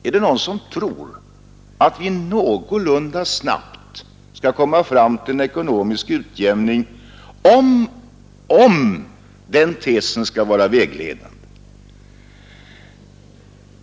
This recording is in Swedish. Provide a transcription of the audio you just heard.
Är det någon som tror att vi någorlunda snabbt kan komma fram till en ekonomisk utjämning, om den tesen skall vara vägledande?